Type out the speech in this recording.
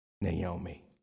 Naomi